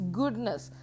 goodness